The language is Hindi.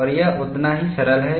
और यह उतना ही सरल है